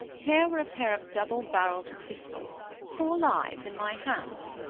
here were a pair of double-barreled pistols, four lives in my hands?